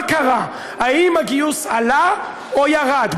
מה קרה, האם הגיוס עלה, או ירד?